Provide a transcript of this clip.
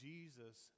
Jesus